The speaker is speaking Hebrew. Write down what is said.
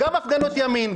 גם הפגנות ימין,